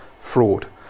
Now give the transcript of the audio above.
fraud